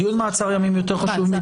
דיון מעצר ימים יותר חשוב?